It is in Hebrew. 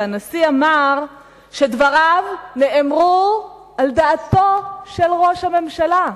שהנשיא אמר שדבריו נאמרו על דעתו של ראש הממשלה,